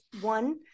one